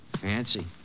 fancy